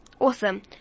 Awesome